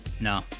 No